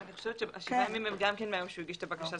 אני חושבת ששבעת הימים גם הם מהיום שהוא הגיש את הבקשה.